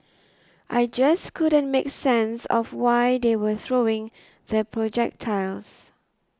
I just couldn't make sense of why they were throwing the projectiles